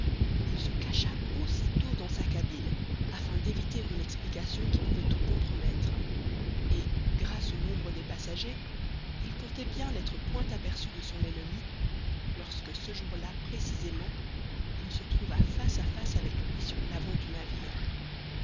il se cacha aussitôt dans sa cabine afin d'éviter une explication qui pouvait tout compromettre et grâce au nombre des passagers il comptait bien n'être point aperçu de son ennemi lorsque ce jour-là précisément il se trouva face à face avec lui sur l'avant du navire